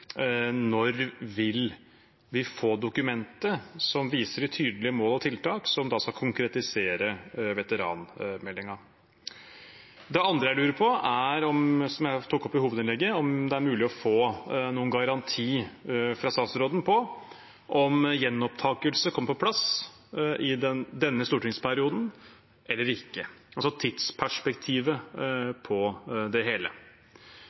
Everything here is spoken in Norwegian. Når vil vi få dokumentet som viser de tydelige mål og tiltak som skal konkretisere veteranmeldingen? Det andre jeg lurer på, som jeg tok opp i hovedinnlegget, er om det er mulig å få noen garanti fra statsråden for om gjenopptakelse kommer på plass i denne stortingsperioden eller ikke, altså tidsperspektivet på det hele.